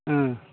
औ